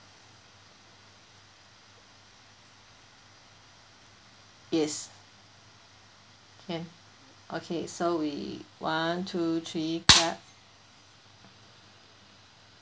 yes can okay so we one two three clap